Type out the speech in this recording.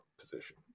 position